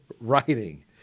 writing